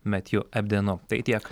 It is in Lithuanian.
metju ebdenu tai tiek